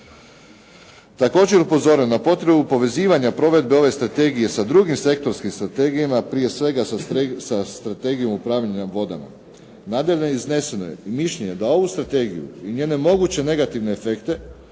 Također je upozoreno na potrebu povezivanja provedbe ove strategije sa drugim sektorskim strategijama, prije svega sa Strategijom upravljanja vodama. Nadalje je izneseno mišljenje da ovu strategiju i njene moguće negativne efekte,